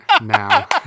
now